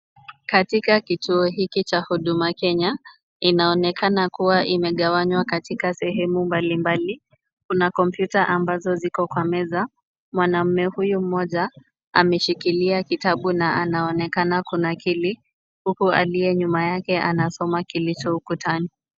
Katika kituo hiki cha Huduma Kenya, inaonekana kuwa imegawanywa katika sehemu mbalimbali. Kuna kompyuta ambazo ziko kwa meza. Mwanaume huyu mmoja ameshikilia kitabu, na anaonekana kunakili, huku aliye nyuma yake anasoma kilicho ukutani.